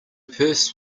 purse